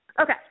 Okay